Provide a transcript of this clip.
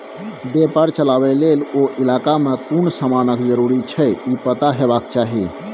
बेपार चलाबे लेल ओ इलाका में कुन समानक जरूरी छै ई पता हेबाक चाही